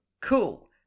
cool